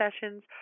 sessions